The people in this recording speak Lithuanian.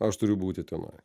aš turiu būti tenai